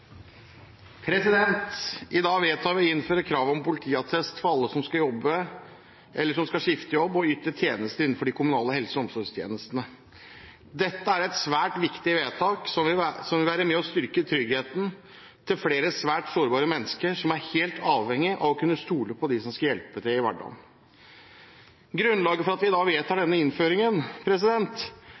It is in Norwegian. vedtatt. I dag vedtar vi å innføre krav om politiattest for alle som skal jobbe, eller som skal skifte jobb, og yte tjeneste innenfor de kommunale helse- og omsorgstjenestene. Dette er et svært viktig vedtak, som vil være med og styrke tryggheten til flere svært sårbare mennesker som er helt avhengige av å kunne stole på dem som skal hjelpe dem i hverdagen. Grunnlaget for at vi i dag vedtar denne innføringen,